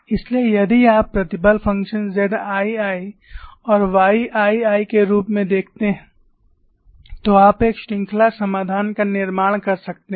इसलिए यदि आप प्रतिबल फ़ंक्शन ZII और YII के रूप को देखते हैं तो आप एक श्रृंखला समाधान का निर्माण कर सकते हैं